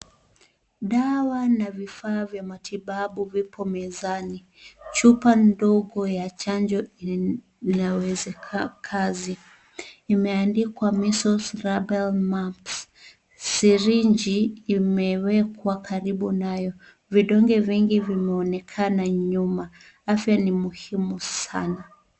Dawa na vifaa vya matibabu vipo mezani. Chupa ndogo ya chanjo inawezeka kazi. Imeandikwa measles. rubella, mumps . Sirinji imewekwa karibu nayo. Vidonge vini vimeonekana nyuma. Afya ni muhimu sana.